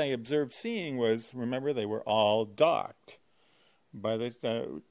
i observed seeing was remember they were all docked by they